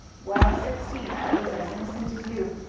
well, at sixteen i was as innocent as you.